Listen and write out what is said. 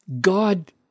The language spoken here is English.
God